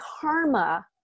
karma